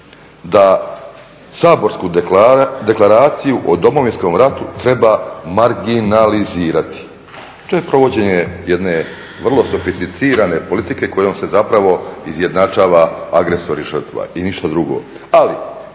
da saborsku Deklaraciju o Domovinskom ratu treba marginalizirati. To je provođenje jedne vrlo sofisticirane politike kojom se zapravo izjednačava agresor i žrtva, i ništa drugo.